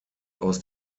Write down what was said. aus